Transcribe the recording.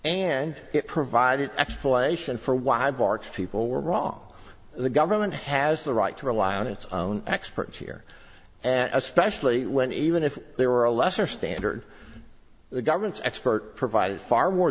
and it provided explanation for why bart people were wrong the government has the right to rely on its own experts here and especially when even if there were a lesser standard the government's expert provided far more